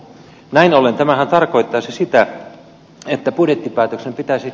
näin ollen tämä tarkoittaisi sitä että budjettipäätöksen pitäisi